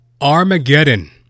Armageddon